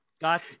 got